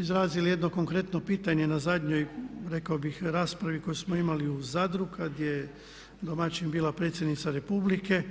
izrazili jedno konkretno pitanje na zadnjoj rekao bih raspravi koju smo imali u Zadru kada je domaćin bila predsjednica Republike.